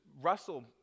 Russell